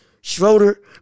Schroeder